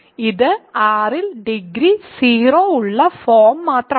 ഇത് R ൽ degree 0 ഉള്ള ഫോം മാത്രമാണ്